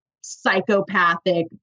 psychopathic